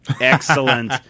Excellent